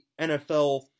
NFL